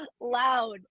loud